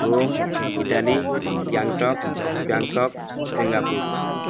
Rome Italy Gangtok Bangkok Singapore